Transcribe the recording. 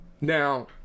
now